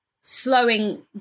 slowing